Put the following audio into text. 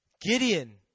Gideon